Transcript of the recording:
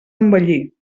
envellir